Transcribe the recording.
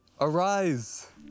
Arise